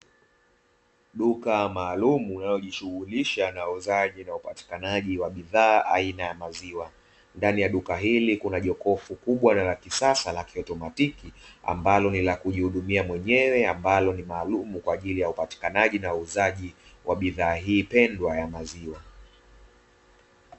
Duka maalumu linalojishughulisha na uuzaji na upatikanaji wa bidhaa aina ya maziwa, ndani ya duka hili kuna jokofu kubwa na la kisasa la kiotomatiki ambalo ni la kujihudumia mwenyewe ambalo ni maalumu kwa ajili ya upatikanaji na uuzaji wa bidhaa hii pendwa ya maziwa.